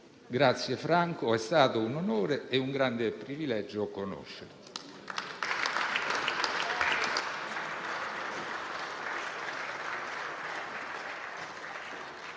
Grazie, Franco. È stato un onore e un grande privilegio conoscerti.